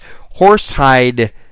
horsehide